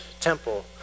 temple